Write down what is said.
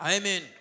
Amen